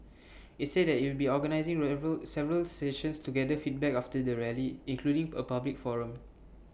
IT said that IT will be organising several sessions to gather feedback after the rally including A public forum